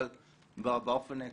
אבל באופן העקרוני,